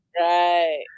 right